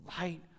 light